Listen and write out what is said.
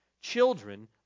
children